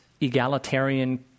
egalitarian